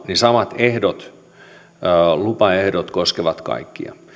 niin samat lupaehdot koskevat kaikkia